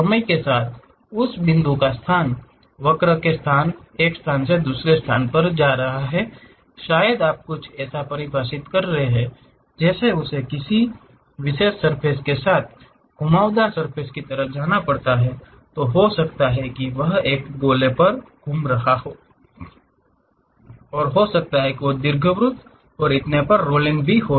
समय के साथ उस बिंदु का स्थान वक्र के साथ एक स्थान से दूसरे स्थान पर जा रहा है या शायद आप कुछ ऐसा परिभाषित कर रहे हैं जैसे उसे किसी विशेष सर्फ़ेस के साथ घुमावदार सर्फ़ेस की तरह जाना पड़ता है हो सकता है कि वह एक गोले पर घूम रहा हो हो सकता है एक दीर्घवृत्त और इतने पर रोलिंग हो